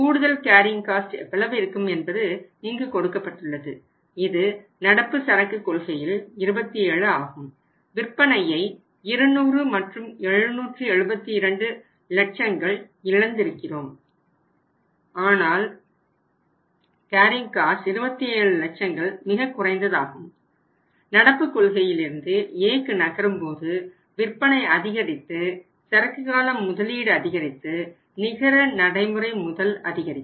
கூடுதல் carrying cost 27 லட்சங்கள் மிகக்குறைந்ததாகும் ஆனால் நடப்பு கொள்கையிலிருந்து Aக்கு நகரும்போது விற்பனை அதிகரித்து சரக்கு முதலீடு அதிகரித்து நிகர நடைமுறை முதல் அதிகரிக்கும்